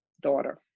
daughter